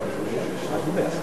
אדוני היושב-ראש,